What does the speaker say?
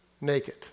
Naked